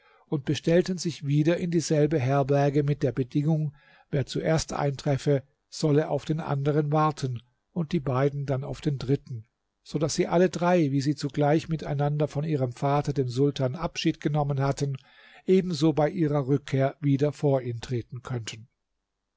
und bestellten sich wieder in dieselbe herberge mit der bedingung wer zuerst eintreffe solle auf den anderen warten und die beiden dann auf den dritten so daß sie alle drei wie sie zugleich miteinander von ihrem vater dem sultan abschied genommen hatten ebenso bei ihrer rückkehr wieder vor ihn treten könnten